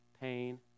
pain